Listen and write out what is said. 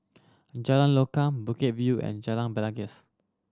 Jalan Lokam Bukit View and Jalan Belangkas